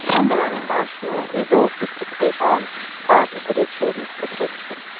and their own emotional resources, to keep on fighting for their children's protection.